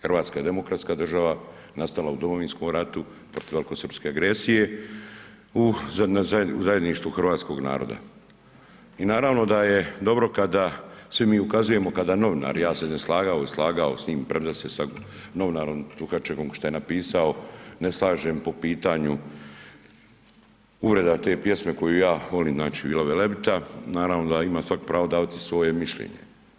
Hrvatske je demokratska država, nastala u Domovinskom ratu protiv velikosrpske agresije u zajedništvu hrvatskog naroda i naravno da je dobro kada svi mi ukazujemo kada novinari, ja se ne slagao ili slagao s njim, premda se sa novinarom Duhačekom što je napisao ne slažem po pitanju uvreda te pjesme koju ja volim, znači Vila Velebita, naravno da ima svatko pravo davati svoje mišljenje.